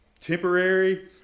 temporary